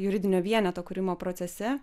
juridinio vieneto kūrimo procese